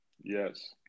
Yes